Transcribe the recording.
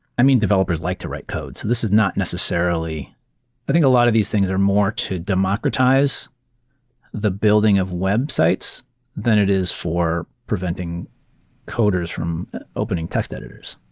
i mean, developers like to write codes. this is not necessarily i think a lot of these things are more to democratize the building of websites than it is for preventing coders from opening text editors.